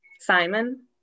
simon